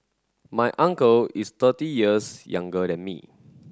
my uncle is thirty years younger than me